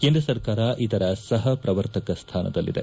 ಕೇಂದ್ರ ಸರ್ಕಾರ ಇದರ ಸಪ ಪ್ರವರ್ತಕ ಸ್ಟಾನದಲ್ಲಿದೆ